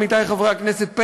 עמיתי חברי הכנסת,